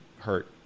hurt